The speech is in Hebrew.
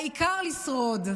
העיקר לשרוד.